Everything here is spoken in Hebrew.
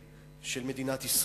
של מדינת ישראל.